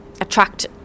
attract